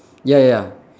ya ya ya